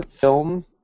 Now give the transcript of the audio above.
film